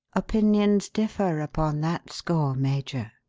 opinions differ upon that score, major,